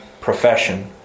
profession